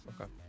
Okay